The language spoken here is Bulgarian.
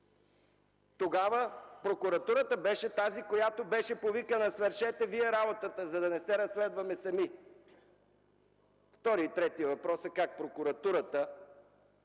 Тогава Прокуратурата беше тази, която беше повикана: „Свършете Вие работата, за да не се разследваме сами”. Втори и трети въпрос е как Прокуратурата